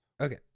Okay